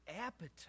appetite